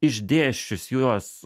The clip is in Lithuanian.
išdėsčius juos